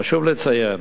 חשוב לציין